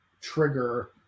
trigger